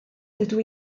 dydw